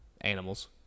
animals